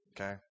Okay